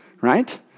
right